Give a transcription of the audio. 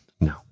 no